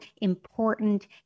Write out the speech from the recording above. important